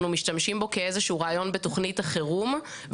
משתמשים בו כאיזשהו רעיון בתוכנית החירום.